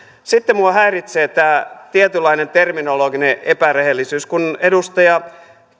sitten minua häiritsee tämä tietynlainen terminologinen epärehellisyys kun edustaja